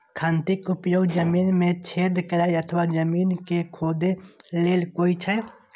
खंती के उपयोग जमीन मे छेद करै अथवा जमीन कें खोधै लेल होइ छै